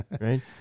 Right